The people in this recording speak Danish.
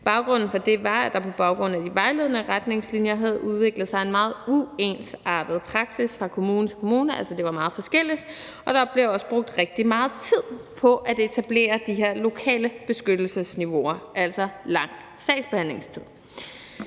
Baggrunden for det var, at der på baggrund af de vejledende retningslinjer havde udviklet sig en meget uensartet praksis fra kommune til kommune, altså det var meget forskelligt, og der blev også brugt rigtig meget tid på at etablere de her lokale beskyttelsesniveauer, nemlig lang sagsbehandlingstid.